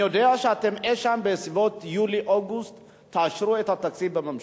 אני יודע שאתם אי-שם בסביבות יולי-אוגוסט תאשרו את התקציב בממשלה.